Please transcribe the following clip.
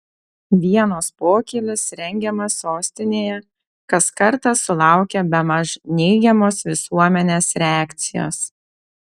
vienos pokylis rengiamas sostinėje kas kartą sulaukia bemaž neigiamos visuomenės reakcijos